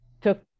took